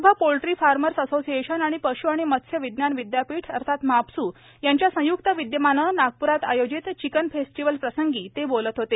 Vidarbha poultry farmers association आणि पश् आणि मत्स्य विज्ञान विद्यापीठ अर्थात माफसू यांच्या संय्क्त विद्यमान नागप्रात आयोजित चिकन फेस्टीव्हल प्रसंगी ते बोलत होते